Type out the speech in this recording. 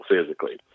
physically